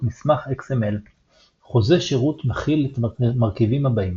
מסמך XML. חוזה שירות מכיל את המרכיבים הבאים